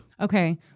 Okay